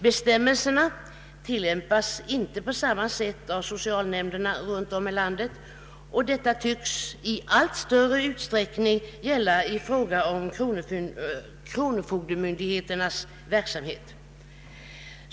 Bestämmelserna tillämpas inte på samma sätt av socialnämnderna runt om i landet, och detta tycks även i allt större utsträckning gälla i fråga om kronofogdemyndigheternas verksamhet.